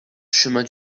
chemin